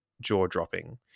jaw-dropping